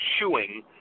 chewing